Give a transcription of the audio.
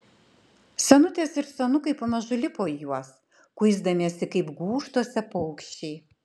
senutės ir senukai pamažu lipo į juos kuisdamiesi kaip gūžtose paukščiai